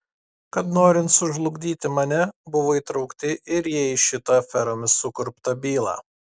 kad norint sužlugdyti mane buvo įtraukti ir jie į šitą aferomis sukurptą bylą